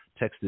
texted